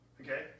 Okay